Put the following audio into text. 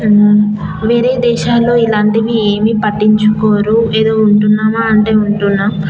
వేరే దేశాల్లో ఇలాంటివి ఏమీ పట్టించుకోరు ఏదో ఉంటున్నామా అంటే ఉంటున్నాము